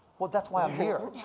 well, that's why i'm here.